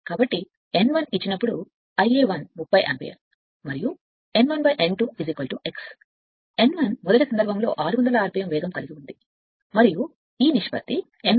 కాబట్టి n 1 ఇచ్చినప్పుడు Ia 1 thirty ampere మరియు n 2 x పై n 1 ను అనుమతించండి n 1 మొదటి కేసు 600 rpm యొక్క వేగం మరియు ఈ నిష్పత్తి n 1 n 2 x పడుతుంది